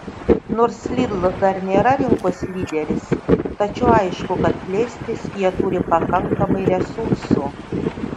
nors lidl dar nėra rinkos lyderis tačiau aišku kad plėstis jie turi pakankamai resursų